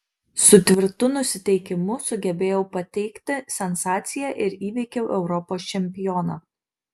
su tvirtu nusiteikimu sugebėjau pateikti sensaciją ir įveikiau europos čempioną